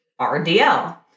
RDL